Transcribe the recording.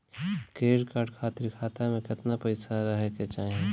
Credit card खातिर खाता में केतना पइसा रहे के चाही?